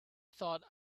thought